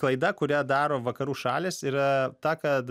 klaida kurią daro vakarų šalys yra ta kad